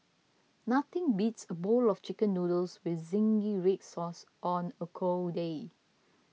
nothing beats a bowl of Chicken Noodles with Zingy Red Sauce on a cold day